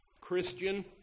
Christian